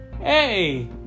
Hey